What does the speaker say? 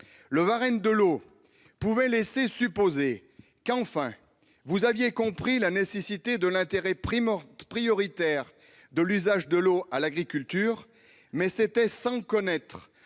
climatique pouvait laisser supposer qu'enfin vous aviez compris la nécessité de l'intérêt prioritaire de l'usage de l'eau à l'agriculture. C'était toutefois sans connaître